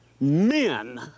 men